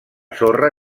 sorra